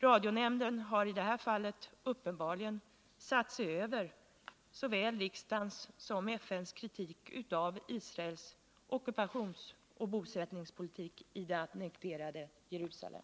Radionämnden har i det här fallet uppenbarligen satt sig över såväl riksdagens som FN:s kritik av Israels ockupationsoch bosättningspolitik i det annekterade Jerusalem.